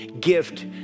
gift